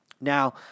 Now